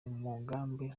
umugambi